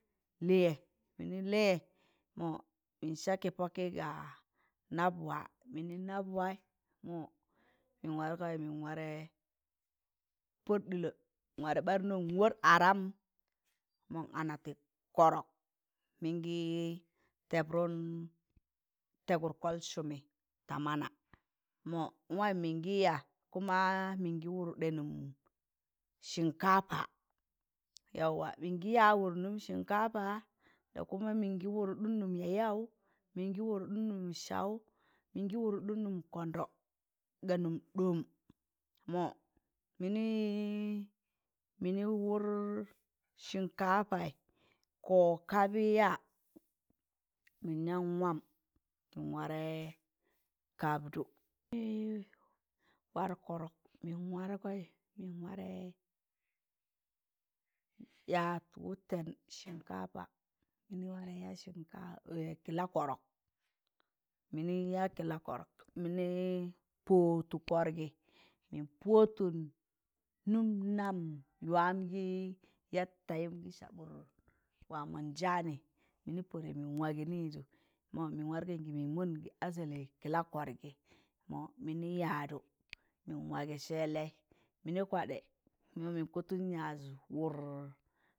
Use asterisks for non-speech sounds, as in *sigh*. Lịyẹ mịnị lịyẹ mọ mịn saa kịpọkị ga nabwa mịnị nabwaị mọ *noise* mịn wargọị mịn warẹ pọd ɗịlọ nwarẹ ɓarụnọn wọr aram *noise* mọn ana tị kọrọk mịngị tẹbrụn tẹẹgụt kọl sụmị ta mana mọ nwam mịngị yaa kuma mịngị wụrụdẹ nụm shinkafa yauwa mịngị yaa wụd nụm shinkafa. Ka kuma mingi wụlụdɗụn nụm yayaụ mịngị ụwụdụn nụm saụ mịngị wụdụɗum nụm kọndọ, ga nụm ɗọọm mọ mịnị wụd shinkapai, kod kabị, yaa mịn yaan waam mịn warẹ kabdụ *noise* warụk kọrọk mịn wargọị mịn warẹ yaad wụtẹn *noise* shinkapai mịnị warẹ ya shinka mịnị warẹ ya *hesitation* kịla kọrọk mịnị yaa kịla kọrọk mịnị pọdtụ kọrgị mịn pọdtụm nụm nam ya gị yat tayụm gị sabụt wamọn janị mịnị pọdẹ mịn wagị nịgịzụ mọ mịn wargọị ju mịn mọngị asali kịlakọrgị mọ minị yadụ mịn wagẹ sẹẹlẹị mịnị kwadẹ mọ mịn kọtụn yaịz wụr